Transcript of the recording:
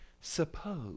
Suppose